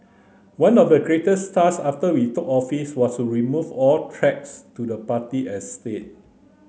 one of the greatest task after we took office was to remove all threats to the party and state